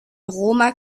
roma